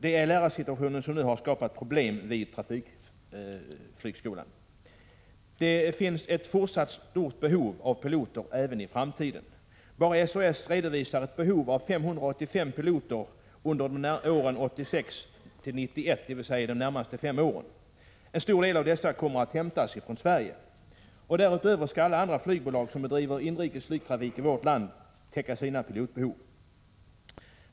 Det är lärarsituationen som nu har skapat problem vid trafikflygarhögskolan. Det kommer att finnas ett fortsatt stort behov av piloter även i framtiden. — Prot. 1986/87:14 Bara SAS redovisar ett behov av 585 piloter under åren 1986-1991, dvs. de 23 oktober 1986 närmaste fem åren. En stor del av dessa kommer att hämtas från Sverige. Därutöver skall alla andra flygbolag som bedriver inrikes flygtrafik i vårt land täcka sina behov av piloter.